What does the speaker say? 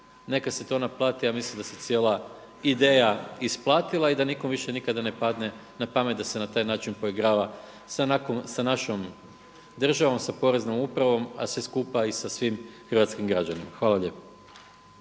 neka se to naplati. Ja mislim da se cijela ideja isplatila i da nikom više nikada ne padne na pamet na pamet da se na taj način poigrava s našom državom, s poreznom upravom, a sve skupa i sa svim hrvatskim građanima. Hvala lijepo.